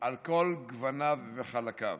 על כל גווניו וחלקיו.